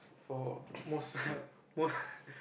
for most most